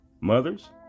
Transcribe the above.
Mothers